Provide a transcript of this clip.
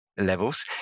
levels